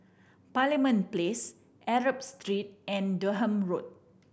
Parliament Place Arab Street and Durham Road